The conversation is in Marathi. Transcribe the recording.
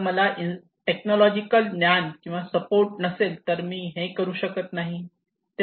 जर मला टेक्नॉलॉजिकल ज्ञान किंवा सपोर्ट नसेल तर मी हे करू शकत नाही